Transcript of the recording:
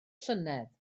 llynedd